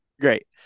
great